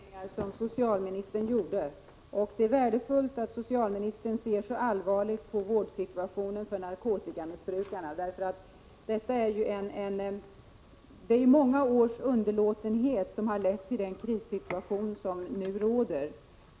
Herr talman! Jag tycker också att det var många bra markeringar som socialministern gjorde. Det är värdefullt att socialministern ser så allvarligt på vårdsituationen för narkotikamissbrukare, eftersom det är många års underlåtenhet som har lett till den krissituation som nu råder.